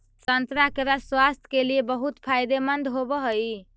संतरा के रस स्वास्थ्य के लिए बहुत फायदेमंद होवऽ हइ